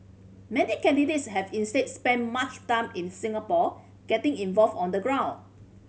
many candidates have instead spent much time in Singapore getting involved on the ground